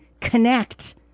connect